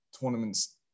tournaments